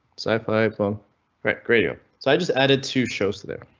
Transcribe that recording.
sci-fi pool right? grady oh so i just added two shows are there.